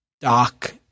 Doc